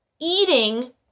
eating